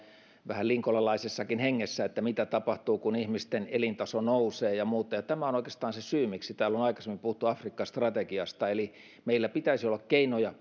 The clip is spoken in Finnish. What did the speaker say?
vähän linkolalaisessakin hengessä siitä mitä tapahtuu kun ihmisten elintaso nousee ja muuta tämä on oikeastaan se syy miksi täällä on aikaisemmin puhuttu afrikka strategiasta eli meillä pitäisi olla keinoja